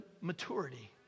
maturity